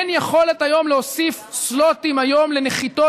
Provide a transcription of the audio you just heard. אין יכולת היום להוסיף סלוטים לנחיתות